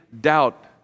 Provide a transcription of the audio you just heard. doubt